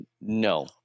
No